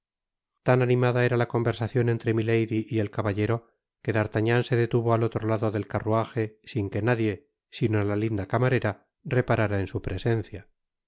tan animada era la conversacion entre milady y el caballero que d'artagnan se detuvo al otro lado del carruaje sin que nadie sino la linda camarera reparara en su presencia